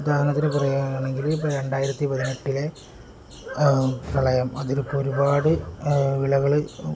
ഉദാഹരണത്തിന് പറയുകയാണെങ്കില് ഇപ്പോള് രണ്ടായിരത്തി പതിനെട്ടിലെ പ്രളയം അതിലപ്പോള് ഒരുപാട് വിളകള്